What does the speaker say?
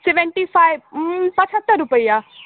seventy five ओ पछत्तरि रुपआ